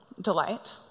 delight